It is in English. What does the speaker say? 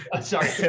Sorry